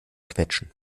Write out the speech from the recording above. quetschen